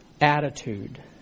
attitude